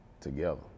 together